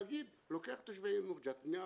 והתאגיד לוקח את תושבי יאנוח-ג'ת בני ערובה.